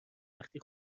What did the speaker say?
وقتی